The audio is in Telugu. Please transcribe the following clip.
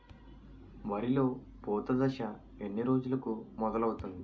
వరిలో పూత దశ ఎన్ని రోజులకు మొదలవుతుంది?